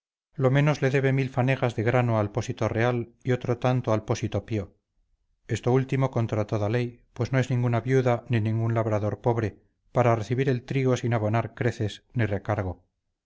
lo menos le debe mil fanegas de grano al pósito real y otro tanto al pósito pío esto último contra toda ley pues no es ninguna viuda ni ningún labrador pobre para recibir el trigo sin abonar creces ni recargo